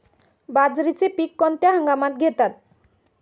बाजरीचे पीक कोणत्या हंगामात घेतात?